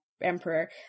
emperor